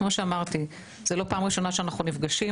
כפי שאמרתי, זו לא פעם ראשונה שאנו נפגשים.